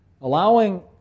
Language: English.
Allowing